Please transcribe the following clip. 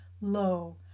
Lo